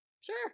Sure